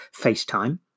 FaceTime